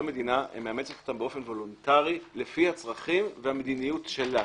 מדינה מאמצת אותם באופן וולונטרי לי הצרכים והמדיניות שלה.